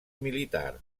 militars